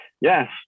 Yes